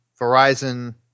Verizon